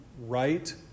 right